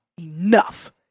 enough